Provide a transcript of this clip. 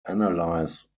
analyze